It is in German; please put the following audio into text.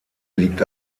liegt